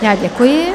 Já děkuji.